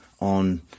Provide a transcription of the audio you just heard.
on